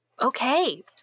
okay